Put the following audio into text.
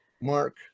Mark